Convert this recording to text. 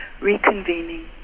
reconvening